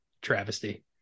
travesty